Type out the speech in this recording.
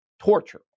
torture